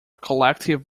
collective